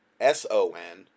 S-O-N